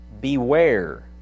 Beware